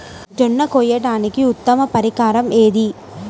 జొన్న కోయడానికి ఉత్తమ పరికరం ఏది?